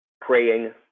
praying